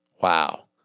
Wow